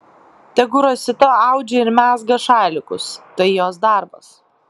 tegu rosita audžia ir mezga šalikus tai jos darbas